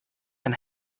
can